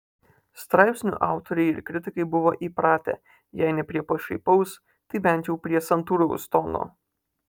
straipsnių autoriai ir kritikai buvo įpratę jei ne prie pašaipaus tai bent jau prie santūraus tono